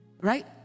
right